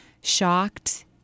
shocked